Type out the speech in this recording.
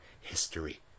history